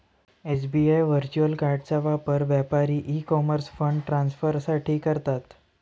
SBI virtual कार्डचा वापर व्यापारी ई कॉमर्स फंड ट्रान्सफर साठी करतात